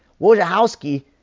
Wojciechowski